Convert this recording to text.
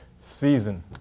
season